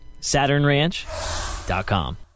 SaturnRanch.com